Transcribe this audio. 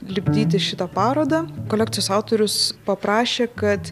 lipdyti šitą parodą kolekcijos autorius paprašė kad